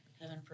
Heaven